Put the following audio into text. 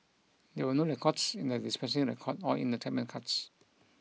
there were no records in the dispensing record or in the treatment cards